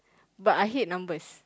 but I hate numbers